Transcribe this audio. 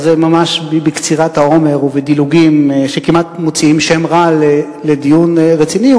זה ממש בקצירת האומר ובדילוגים שכמעט מוציאים שם רע לדיון רציני,